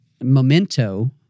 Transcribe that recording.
memento